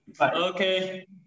Okay